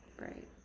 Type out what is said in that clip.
Right